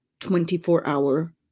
24-hour